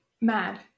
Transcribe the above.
mad